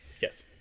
Yes